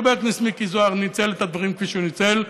חבר הכנסת מיקי זוהר ניצל את הדברים כפי שהוא ניצל.